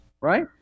right